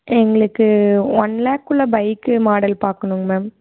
எங்களுக்கு ஒன் லேக்குள்ளே bike model பார்க்கணுங்க மேம்